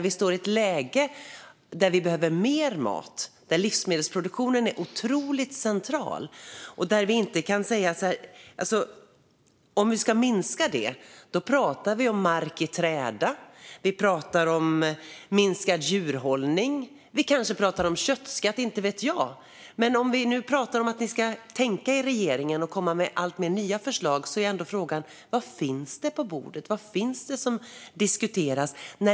Vi står i ett läge där vi behöver mer mat och där livsmedelsproduktionen är otroligt central. Om vi ska minska det talar vi om mark i träda och minskad djurhållning. Vi kanske talar om köttskatt, inte vet jag. Om vi nu talar om att ni ska tänka i regeringen och komma med nya förslag är ändå frågan: Vad finns det på bordet? Vad finns det som diskuteras?